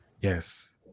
Yes